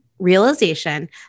realization